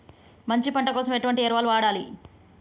మంచి పంట కోసం ఎటువంటి ఎరువులు వాడాలి?